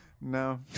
No